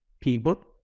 people